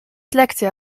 lekcja